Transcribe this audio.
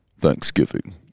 Thanksgiving